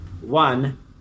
One